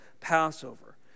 Passover